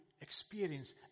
experience